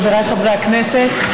חבריי חברי הכנסת,